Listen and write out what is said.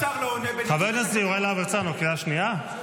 --- חברי הכנסת, לא להפריע.